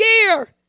year